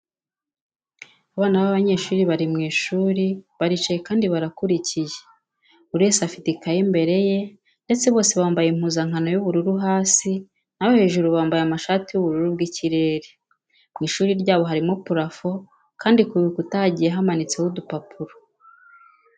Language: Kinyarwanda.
Abana b'abanyeshuri bari mu ishuri, baricaye kandi barakurikiye. Buri wese afite ikayi imbere ye ndetse bose bambaye impuzankano y'ubururu hasi, naho hejuru bambaye amashati y'ubururu bw'ikirere. Mu ishuri ryabo harimo purafo kandi ku bikuta hagiye hamanitseho udupapuro.